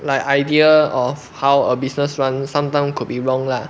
like idea of how a business run something could be wrong lah